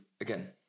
again